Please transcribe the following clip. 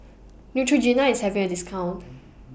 Neutrogena IS having A discount